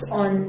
on